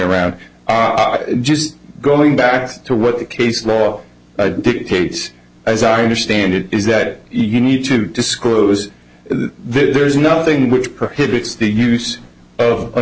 around ah just going back to what the case law dictates as i understand it is that you need to disclose there's nothing which prohibits the use of a